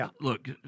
look